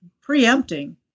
preempting